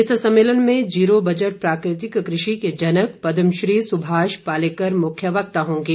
इस सम्मेलन में जीरो बजट प्राकृतिक कृषि के जनक पदमश्री सुभाष पालेकर मुख्य वक्ता होंगे